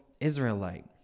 Israelite